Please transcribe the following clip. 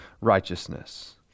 righteousness